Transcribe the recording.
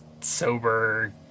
Sober